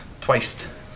twice